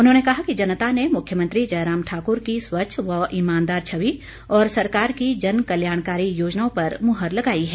उन्होंने कहा कि जनता ने मुख्यमंत्री जयराम ठाकुर की स्वच्छ व ईमानदार छवि और सरकार की जन कल्याणकारी योजनाओं पर मुहर लगाई है